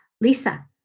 Lisa